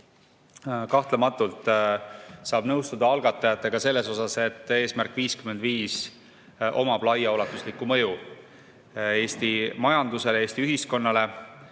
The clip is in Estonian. Kahtlematult saab nõustuda algatajatega selles, et "Eesmärk 55" omab laiaulatuslikku mõju Eesti majandusele, Eesti ühiskonnale.